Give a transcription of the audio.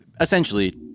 essentially